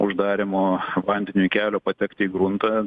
uždarymo vandeniui kelio patekti į gruntą